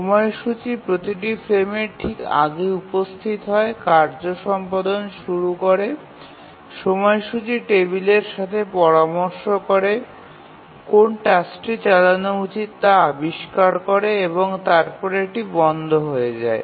সময়সূচী প্রতিটি ফ্রেমের ঠিক আগে উপস্থিত হয় কার্য সম্পাদন শুরু করে সময়সূচী টেবিলের সাথে পরামর্শ করে কোন টাস্কটি চালানো উচিত তা আবিষ্কার করে এবং তারপরে এটি বন্ধ হয়ে যায়